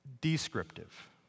Descriptive